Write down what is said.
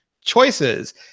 choices